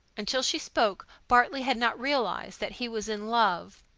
until she spoke, bartley had not realized that he was in love.